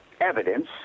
evidence